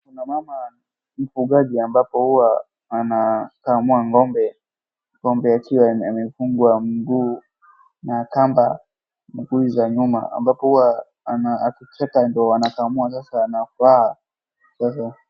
Kuna mama mfugaji ambapo huwa anakamua ng'ombe. Ngombe akiwa amefungwa mguu na kamba, mguu za nyuma ambapo huwa akicheka ndiyo anakamua sasa ana furaha sasa.